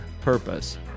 purpose